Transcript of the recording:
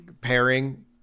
pairing